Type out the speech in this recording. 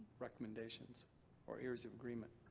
recommendations or areas of agreement.